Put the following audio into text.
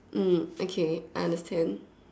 mm okay I understand